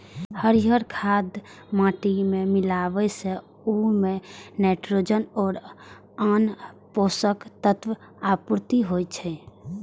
हरियर खाद माटि मे मिलाबै सं ओइ मे नाइट्रोजन आ आन पोषक तत्वक आपूर्ति होइ छै